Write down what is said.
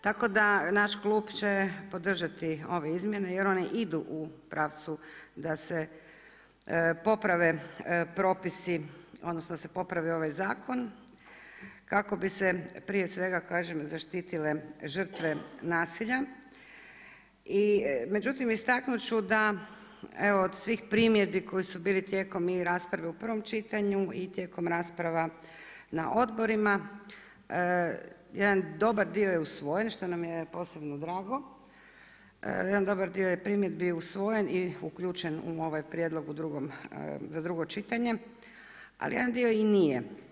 Tako da naš klub će podržati ove izmjene jer one idu u pravcu da se poprave propisi odnosno da se popravi ovaj zakon, kako bi se prije svega kažem zaštitile žrtve nasilja, Međutim, istaknut ću da od svih primjedbi koje su bile tijekom i rasprave u prvom čitanju, i tijekom rasprava na odborima, jedan dobar dio je usvojen što nam je posebno drago, jedan dobar dio primjedbi usvojen i uključen u ovaj prijedlog za drugo čitanje, ali jedan dio i nije.